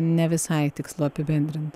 ne visai tikslu apibendrint